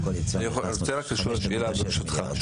שאלה, ברשותך.